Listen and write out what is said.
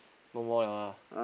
no more [liao] lah